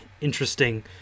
interesting